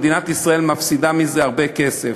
מדינת ישראל מפסידה מזה הרבה מאוד כסף.